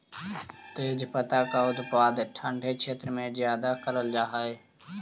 तेजपत्ता का उत्पादन ठंडे क्षेत्र में ज्यादा करल जा हई